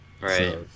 Right